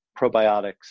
probiotics